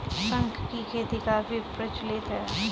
शंख की खेती काफी प्रचलित है